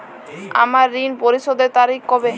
আমার ঋণ পরিশোধের তারিখ কবে?